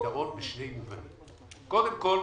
פתרון בשני מובנים: קודם כל,